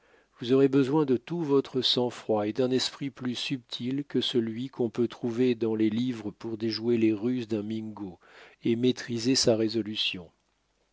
vous aurez besoin de tout votre sang-froid et d'un esprit plus subtil que celui qu'on peut trouver dans les livres pour déjouer les ruses d'un mingo et maîtriser sa résolution